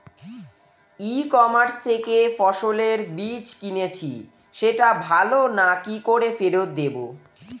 ই commerce থেকে ফসলের বীজ কিনেছি সেটা ভালো না কি করে ফেরত দেব?